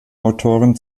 autoren